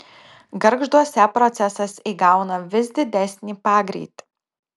gargžduose procesas įgauna vis didesnį pagreitį